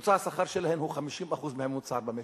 ממוצע השכר שלהן הוא 50% מהממוצע במשק.